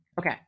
Okay